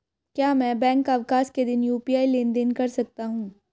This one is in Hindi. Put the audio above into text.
क्या मैं बैंक अवकाश के दिन यू.पी.आई लेनदेन कर सकता हूँ?